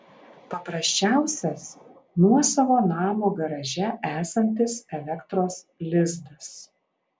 paprasčiausias nuosavo namo garaže esantis elektros lizdas